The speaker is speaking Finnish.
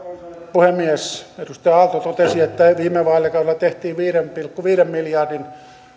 puhemies edustaja aalto totesi että että viime vaalikaudella tehtiin viiden pilkku viiden miljardin